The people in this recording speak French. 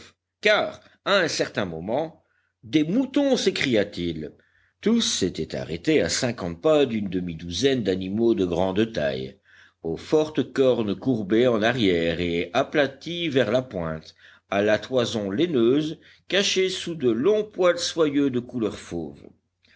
car à un certain moment des moutons s'écria-t-il tous s'étaient arrêtés à cinquante pas d'une demi-douzaine d'animaux de grande taille aux fortes cornes courbées en arrière et aplaties vers la pointe à la toison laineuse cachée sous de longs poils soyeux de couleur fauve